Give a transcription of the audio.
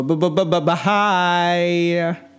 hi